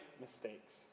mistakes